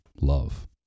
love